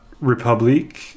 Republic